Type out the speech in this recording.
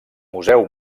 museu